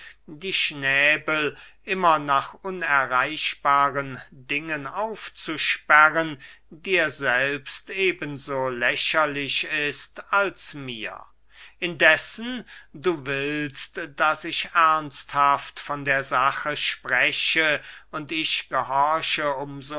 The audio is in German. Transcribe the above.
die schnäbel immer nach unerreichbaren dingen aufzusperren dir selbst eben so lächerlich ist als mir indessen du willst daß ich ernsthaft von der sache spreche und ich gehorche um